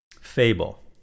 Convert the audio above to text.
Fable